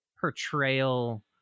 portrayal